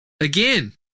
again